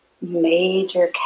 major